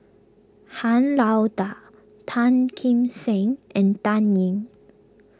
Han Lao Da Tan Kim Seng and Dan Ying